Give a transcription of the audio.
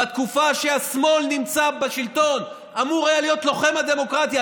בתקופה שהשמאל נמצא בשלטון ואמור היה להיות לוחם הדמוקרטיה.